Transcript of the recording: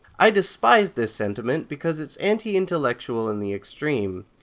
i despise this sentiment because it's anti-intellectual in the extreme.